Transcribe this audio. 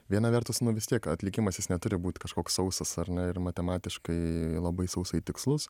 viena vertus nu vis tiek atlikimas jis neturi būt kažkoks sausas ar ne ir matematiškai labai sausai tikslus